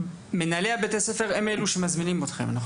מנהלי בתי הספר הם אלו שמזמינים אתכם, נכון?